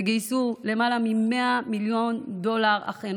ואחינו בתפוצות גייסו למעלה מ-100 מיליון דולר.